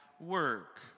work